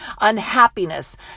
unhappiness